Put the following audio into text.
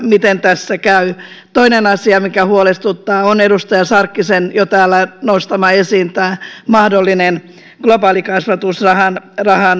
miten tässä käy toinen asia mikä huolestuttaa on jo edustaja sarkkisen täällä esiin nostama mahdollinen globaalikasvatusrahan